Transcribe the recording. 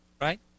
right